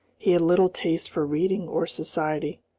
he had little taste for reading or society.